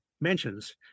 mentions